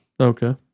Okay